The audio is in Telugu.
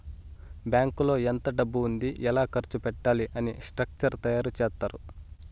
బ్యాంకులో ఎంత డబ్బు ఉంది ఎలా ఖర్చు పెట్టాలి అని స్ట్రక్చర్ తయారు చేత్తారు